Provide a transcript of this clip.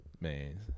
Man